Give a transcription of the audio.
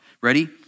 ready